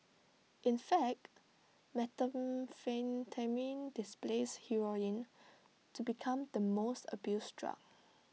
in fact methamphetamine displaced heroin to become the most abused drug